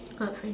uh french